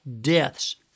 Deaths